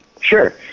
Sure